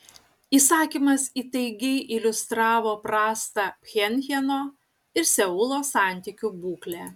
įsakymas įtaigiai iliustravo prastą pchenjano ir seulo santykių būklę